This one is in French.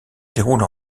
déroule